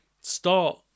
start